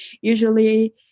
usually